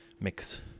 mix